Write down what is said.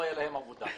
לא היתה להם עבודה.